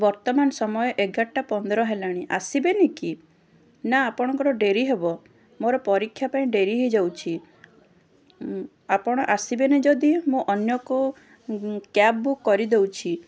ବର୍ତ୍ତମାନ ସମୟ ଏଗାରଟା ପନ୍ଦର ହେଲାଣି ଆସିବେନି କି ନା ଆପଣଙ୍କର ଡେରି ହେବ ମୋର ପରୀକ୍ଷା ପାଇଁ ଡେରି ହେଇଯାଉଛି ଆପଣ ଆସିବେନି ଯଦି ମୁଁ ଅନ୍ୟ କେଉଁ କ୍ୟାବ୍ ବୁକ୍ କରିଦେଉଛି